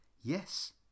Yes